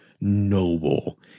noble